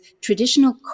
traditional